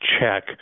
check